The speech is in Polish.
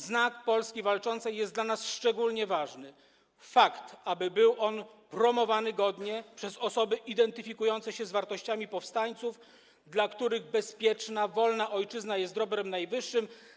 Znak Polski Walczącej jest dla nas szczególnie ważny, tak aby był on promowany godnie przez osoby identyfikujące się z wartościami powstańców, dla których bezpieczna wolna ojczyzna jest dobrem najwyższym.